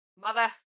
mother